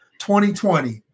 2020